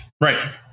Right